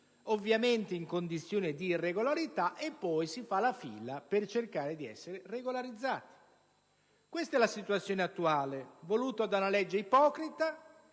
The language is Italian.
ovviamente in condizione di irregolarità; poi si fa la fila per cercare di essere regolarizzati. Questa è la situazione attuale, voluta da una legge ipocrita,